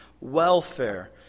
welfare